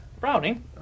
Browning